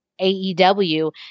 AEW